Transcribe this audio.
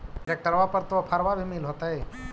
ट्रैक्टरबा पर तो ओफ्फरबा भी मिल होतै?